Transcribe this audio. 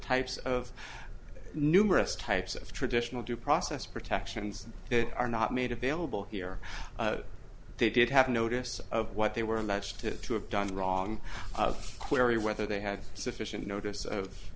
ypes of numerous types of traditional due process protections that are not made available here they did have notice of what they were alleged to have done wrong clearly whether they had sufficient notice of